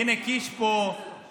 הינה קיש פה,